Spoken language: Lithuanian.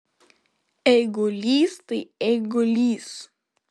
eigulys tai eigulys